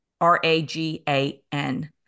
r-a-g-a-n